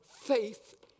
faith